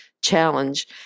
challenge